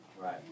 Right